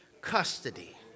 custody